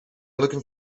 looking